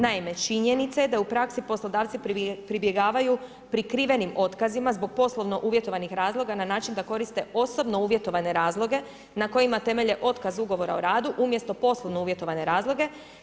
Naime, činjenica je da u praksi poslodavci pribjegavaju prikrivenim otkazima zbog poslovno uvjetovanih razloga na način da koristite osobno uvjetovane razloge na kojima temelje otkaz ugovora o radu umjesto poslovno uvjetovane razloge.